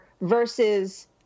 versus